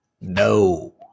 No